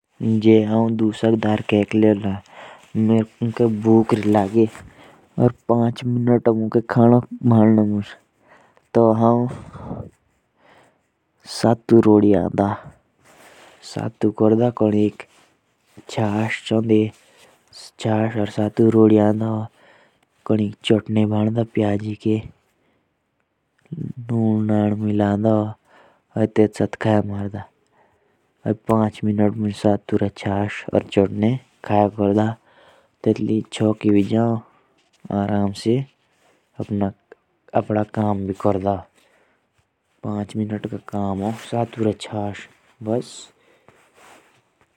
जैसे अगर मुझे पाँच मिनट में खाना बनाना हो तो मैं अपने घर से सत्तू और मठ्ठा खा लूँगा।